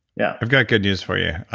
yeah? i've got good news for you.